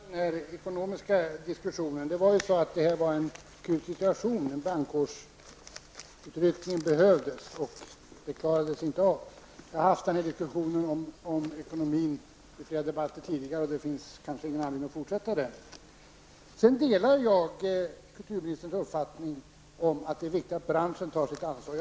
Herr talman! Jag tänkte fortsätta med den ekonomiska diskussionen. Det var ju en krissituation, och en brandkårsutryckning behövdes, men det klarade man inte av. Vi har fört en diskussion om ekonomin vid flera debatter tidigare, så det finns kanske inte anledning att fortsätta med det. Jag delar kulturministerns uppfattning om att det är viktigt att branschen tar sitt ansvar.